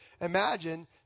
Imagine